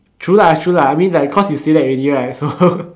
true lah true lah I mean like cause you say that already right so